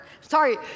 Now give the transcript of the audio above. Sorry